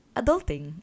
adulting